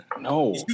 no